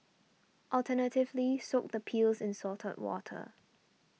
alternatively soak the peels in salted water